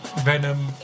Venom